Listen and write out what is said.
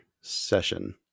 session